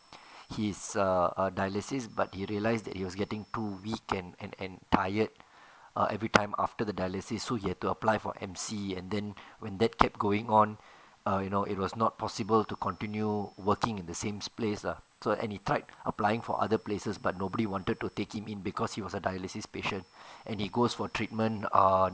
his err err dialysis but he realised that he was getting too weak and and tired err every time after the dialysis so he had to apply for M_C and then when that kept going on err you know it was not possible to continue working in the same place lah so when he tried applying for other places but nobody wanted to take him in because he was a dialysis patient and he goes for treatment err